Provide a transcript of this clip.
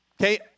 Okay